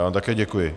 Já vám také děkuji.